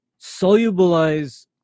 solubilize